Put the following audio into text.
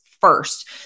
first